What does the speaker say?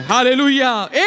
Hallelujah